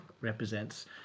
represents